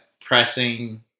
pressing